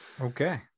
Okay